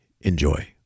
enjoy